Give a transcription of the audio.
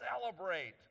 celebrate